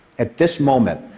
at this moment,